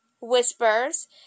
whispers